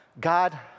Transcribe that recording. God